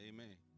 Amen